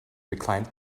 reclined